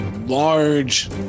Large